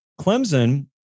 Clemson